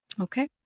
Okay